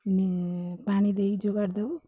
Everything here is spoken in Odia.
ପାଣି ଦେଇ ଯୋଗାଡ଼ି ଦଉ